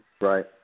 Right